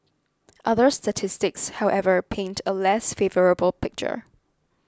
other statistics however paint a less favourable picture